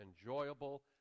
enjoyable